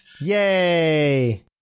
Yay